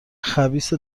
خبیث